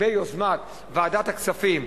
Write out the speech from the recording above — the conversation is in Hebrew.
ביוזמת ועדת הכספים,